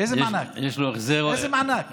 יש לו החזר, איזה מענק?